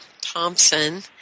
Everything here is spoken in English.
Thompson